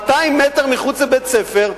200 מטר מחוץ לבית-ספר,